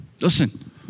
Listen